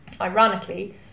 ironically